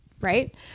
Right